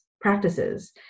practices